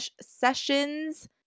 sessions